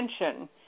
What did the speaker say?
attention